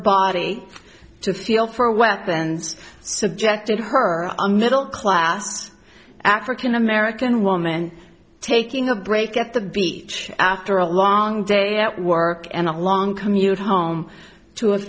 body to feel for weapons subjected her a middle class african american woman taking a break at the beach after a long day at work and a long commute home to a